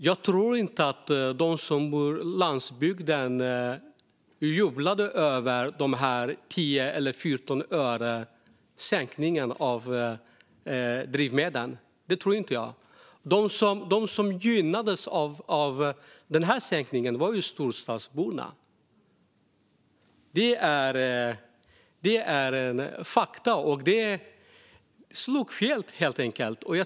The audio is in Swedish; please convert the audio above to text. Jag tror inte att de som bor på landsbygden jublade över sänkningen av drivmedelspriserna med 10 eller 14 öre. De som gynnades av den sänkningen var storstadsborna. Det är fakta. Det slog helt enkelt fel.